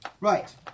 Right